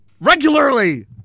Regularly